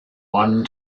one